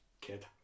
kid